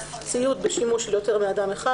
ציוד בשימוש של יותר מאדם אחד,